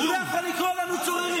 איך הוא יכול לקרוא לנו "צוררים",